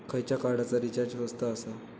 खयच्या कार्डचा रिचार्ज स्वस्त आसा?